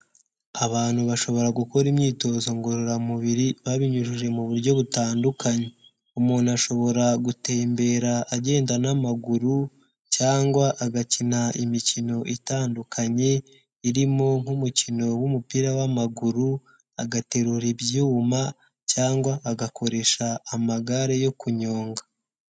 Abantu bashobora gukora imyitozo ngororamubiri babinyujije mu buryo butandukanye, umuntu ashobora gutembera agenda n'amaguru cyangwa agakina imikino itandukanye irimo nk'umukino w'umupira w'amaguru, agaterura ibyuma cyangwa agakoresha amagare yo kunyonga.